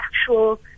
actual